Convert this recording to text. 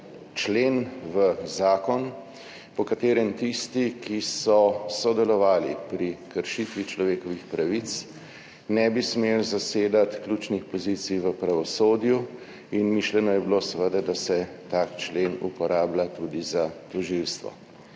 člen v zakon, po katerem tisti, ki so sodelovali pri kršitvi človekovih pravic, ne bi smeli zasedati ključnih pozicij v pravosodju. In mišljeno je bilo seveda, da se tak člen uporablja tudi za tožilstvo.